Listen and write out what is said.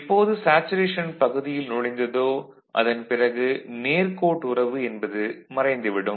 எப்போது சேச்சுரேஷன் பகுதியில் நழைந்ததோ அதன்பிறகு நேர்கோட்டு உறவு என்பது மறைந்துவிடும்